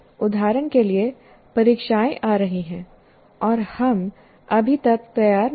उदाहरण के लिए परीक्षाएं आ रही हैं और हम अभी तक तैयार नहीं हैं